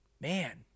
Man